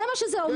זה מה שזה אומר.